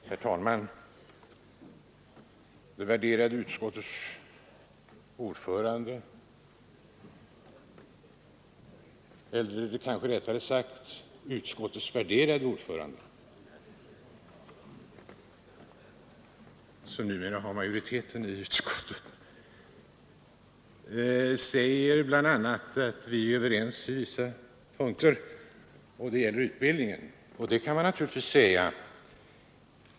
Herr talman! Det värderade utskottets ordförande eller, rättare sagt, utskottets värderade ordförande — de borgerliga har numera majoriteten i utskottet — framhåller att vi är överens på vissa punkter när det gäller utbildningen. Det kan man naturligtvis säga.